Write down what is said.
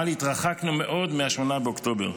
אבל התרחקנו מאוד מ-8 באוקטובר.